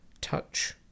Touch